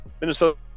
Minnesota